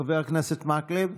חבר הכנסת מקלב,